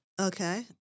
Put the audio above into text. Okay